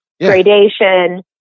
gradation